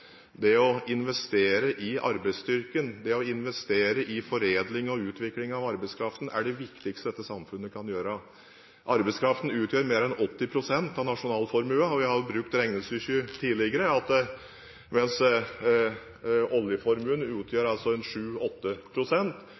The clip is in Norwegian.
å investere i arbeidsstyrken, det å investere i foredling og utvikling av arbeidskraften er det viktigste dette samfunnet kan gjøre. Arbeidskraften utgjør mer enn 80 pst. av nasjonalformuen – vi har brukt regnestykket tidligere – og hvis oljeformuen utgjør